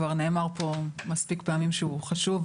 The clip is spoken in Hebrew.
כבר נאמר פה מספיק פעמים שהוא חשוב.